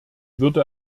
würde